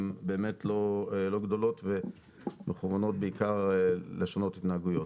הן באמת לא גדולות ומכוונות בעיקר לשנות התנהגויות.